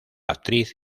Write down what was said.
actriz